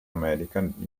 american